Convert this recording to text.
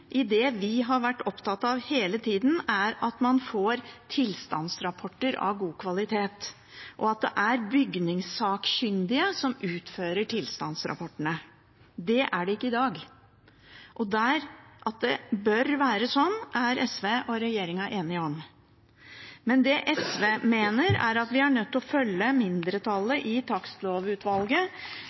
vi har vært opptatt av hele tida, er at man får tilstandsrapporter som er av god kvalitet, og at det er bygningssakkyndige som utfører tilstandsrapportene. Det er det ikke i dag. At det bør være slik, er SV og regjeringen enige om. Men SV mener at vi er nødt til å følge mindretallet i takstlovutvalget,